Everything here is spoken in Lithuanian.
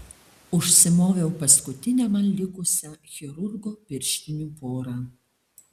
užsimoviau paskutinę man likusią chirurgo pirštinių porą